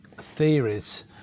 theories